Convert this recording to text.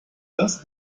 das